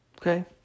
Okay